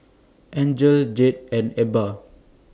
Angel Jed and Ebba